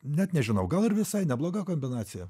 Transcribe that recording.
net nežinau gal ir visai nebloga kombinacija